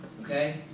Okay